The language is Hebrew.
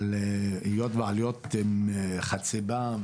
אבל והעלויות הן חציבה,